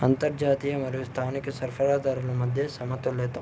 అంతర్జాతీయ మరియు స్థానిక సరఫరా దారుల మధ్య సమతుల్యత